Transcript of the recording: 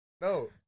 No